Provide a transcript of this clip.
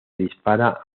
dispara